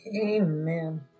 Amen